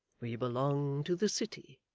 we belong to the city.